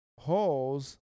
holes